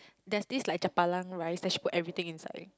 there's dish like japalang rice then she just put everything inside